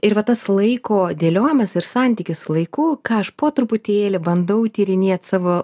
ir vat tas laiko dėliojamas ir santykis laikų ką aš po truputėlį bandau tyrinėt savo